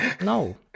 No